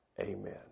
Amen